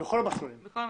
בכל המסלולים.